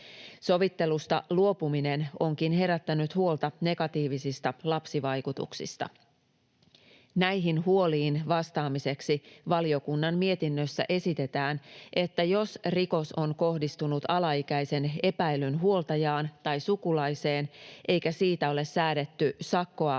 Sovittelusta luopuminen onkin herättänyt huolta negatiivisista lapsivaikutuksista. Näihin huoliin vastaamiseksi valiokunnan mietinnössä esitetään, että jos rikos on kohdistunut alaikäisen epäillyn huoltajaan tai sukulaiseen eikä siitä ole säädetty sakkoa